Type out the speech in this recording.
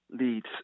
leads